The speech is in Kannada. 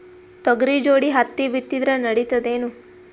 ತೊಗರಿ ಜೋಡಿ ಹತ್ತಿ ಬಿತ್ತಿದ್ರ ನಡಿತದೇನು?